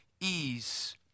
ease